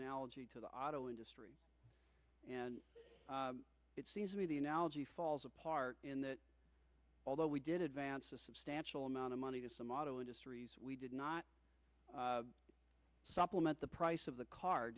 analogy to the auto industry and it's easily the analogy falls apart in that although we did advance a substantial amount of money to some auto industries we did not supplement the price of the car